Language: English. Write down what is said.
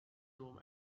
room